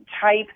type